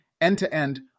end-to-end